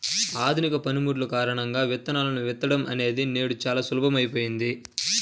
ఆధునిక పనిముట్లు కారణంగా విత్తనాలను విత్తడం అనేది నేడు చాలా సులభమైపోయింది